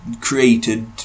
created